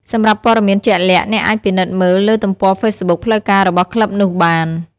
សម្រាប់ព័ត៌មានជាក់លាក់ អ្នកអាចពិនិត្យមើលលើទំព័រហ្វេសប៊ុកផ្លូវការរបស់ក្លឹបនោះបាន។